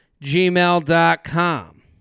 gmail.com